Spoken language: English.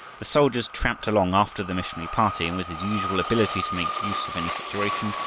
the soldiers tramped along after the missionary party, and with his usual ability to make use of any situation,